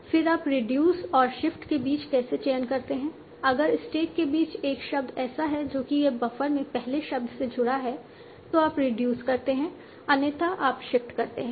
फिर आप रिड्यूस और शिफ्ट के बीच कैसे चयन करते हैं अगर स्टैक के नीचे एक शब्द ऐसा है जो कि यह बफर में पहले शब्द से जुड़ा है तो आप रिड्यूस करते हैं अन्यथा आप शिफ्ट करते हैं